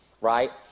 right